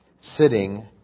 sitting